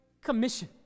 Commission